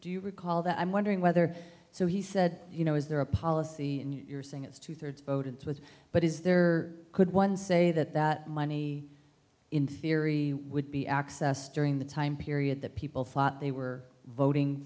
you recall that i'm wondering whether so he said you know is there a policy and you're saying it's two thirds voted with but is there could one say that that money in theory would be accessed during the time period that people thought they were voting